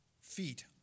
Feet